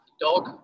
dog